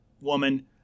woman